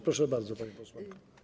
Proszę bardzo, pani posłanko.